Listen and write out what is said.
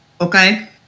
Okay